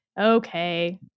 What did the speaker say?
Okay